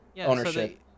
ownership